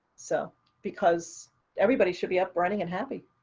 so because everybody should be up, running, and happy.